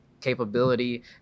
capability